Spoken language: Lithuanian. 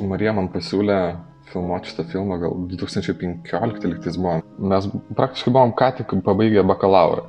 marija man pasiūlė filmuot šitą filmą gal du tūkstančiai penkiolikti lygtais buvo mes praktiškai buvom ką tik pabaigę bakalaurą